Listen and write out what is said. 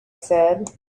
said